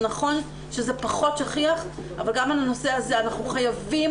זה נכון שזה פחות שכיח אבל גם על הנושא הזה אנחנו חייבים